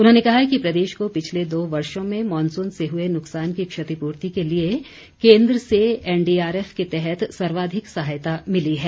उन्होंने कहा कि प्रदेश को पिछले दो वर्षो में मॉनसून से हुए नुकसान की क्षतिपूर्ती के लिए केंद्र से एनडीआरएफ के तहत सर्वाधिक सहायता मिली है